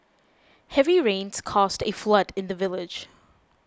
heavy rains caused a flood in the village